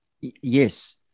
Yes